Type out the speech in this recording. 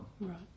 Right